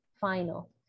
final